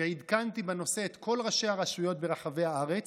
ועדכנתי בנושא את כל ראשי הרשויות בכל רחבי הארץ,